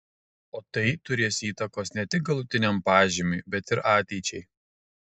o tai turės įtakos ne tik galutiniam pažymiui bet ir ateičiai